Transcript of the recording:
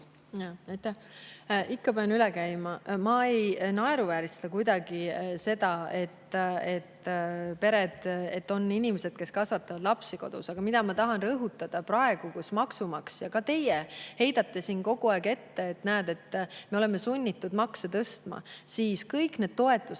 Ikka pean üle käima. Ma ei naeruväärista kuidagi seda, et on inimesi, kes kasvatavad kodus lapsi. Ma tahan rõhutada, et maksumaksja ja teie heidate siin kogu aeg ette seda, et me oleme sunnitud makse tõstma, aga kõik need toetused